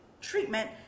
treatment